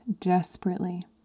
desperately